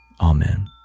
Amen